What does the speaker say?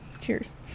Cheers